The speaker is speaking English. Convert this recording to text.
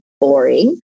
boring